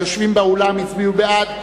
24 היושבים באולם הצביעו בעד,